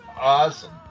Awesome